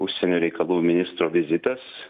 užsienio reikalų ministro vizitas